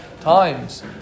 times